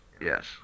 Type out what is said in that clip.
yes